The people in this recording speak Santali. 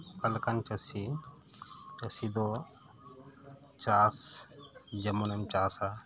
ᱚᱠᱟ ᱞᱮᱠᱟᱱ ᱪᱟᱹᱥᱤ ᱪᱟᱹᱥᱤ ᱫᱚ ᱪᱟᱥ ᱡᱮᱢᱚᱱᱮᱢ ᱪᱟᱥᱟ